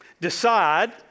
Decide